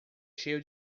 cheio